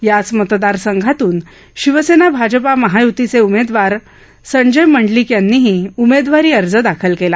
याच मतदारसंघातून शिवसेना भाजपा महायुतीचे उमेदवार शिवसेनेचे संजय मंडलिक यांनीही आज उमेदवारी अर्ज दाखल केला